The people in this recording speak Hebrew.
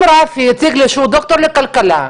אם רפי יציג לי שהוא דוקטור לכלכלה,